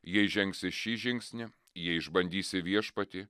jei žengsi šį žingsnį jei išbandysi viešpatį